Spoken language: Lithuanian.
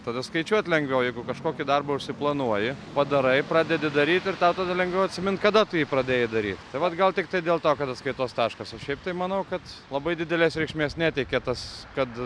tada skaičiuot lengviau jeigu kažkokį darbą užsiplanuoji padarai pradedi daryt ir tau tada lengviau atsimint kada tu jį pradėjai daryt tai vat gal tiktai dėl to kad atskaitos taškas o šiaip tai manau kad labai didelės reikšmės neteikia tas kad